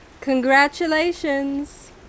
Congratulations